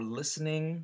listening